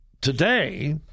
Today